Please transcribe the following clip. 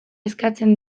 eskatzen